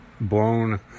blown